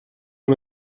una